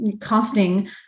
costing